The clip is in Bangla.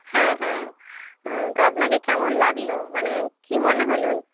হ্যাঁ হ্যাঁ তো আপনাকে কেমন লাগলো মানে কি মনে হলো